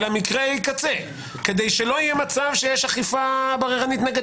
על מקרי הקצה כדי שלא יהיה מצב שיש אכיפה בררנית נגד